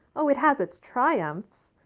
oh, it has its triumphs,